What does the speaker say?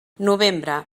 novembre